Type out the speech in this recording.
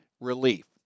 relief